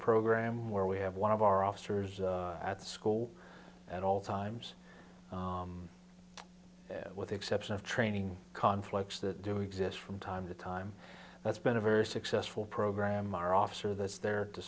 program where we have one of our officers at school at all times with the exception of training conflicts that do exist from time to time that's been a very successful program our officer this the